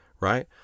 right